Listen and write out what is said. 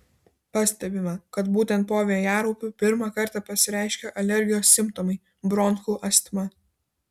pastebima kad būtent po vėjaraupių pirmą kartą pasireiškia alergijos simptomai bronchų astma